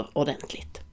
ordentligt